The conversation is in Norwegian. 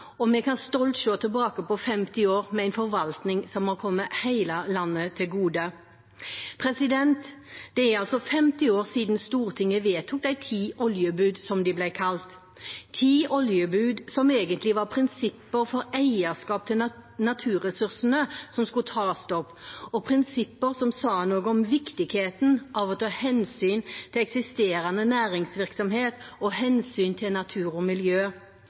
og vi kan stolt se tilbake på 50 år med en forvaltning som har kommet hele landet til gode. Det er altså 50 år siden Stortinget vedtok de ti oljebud, som de ble kalt – ti oljebud som egentlig var prinsipper for eierskap til naturressursene som skulle tas opp, prinsipper som sa noe om viktigheten av å ta hensyn til eksisterende næringsvirksomhet og hensyn til natur og miljø,